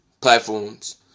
platforms